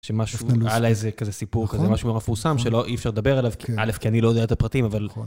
שמשהו על איזה כזה סיפור כזה משהו מפורסם שלא אי אפשר לדבר עליו, א', כי אני לא יודע את הפרטים, אבל...